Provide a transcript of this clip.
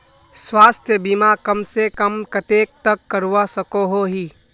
स्वास्थ्य बीमा कम से कम कतेक तक करवा सकोहो ही?